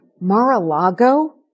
Mar-a-Lago